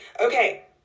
Okay